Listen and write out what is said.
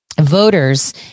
Voters